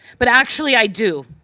but actually i do.